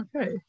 Okay